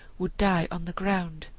would die on the ground.